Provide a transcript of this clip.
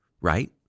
right